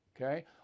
okay